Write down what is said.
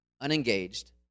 unengaged